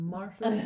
Marshall